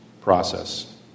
process